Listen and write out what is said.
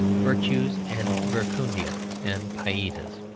virtus and verecundia and pietas.